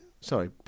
sorry